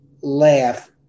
laugh